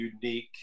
unique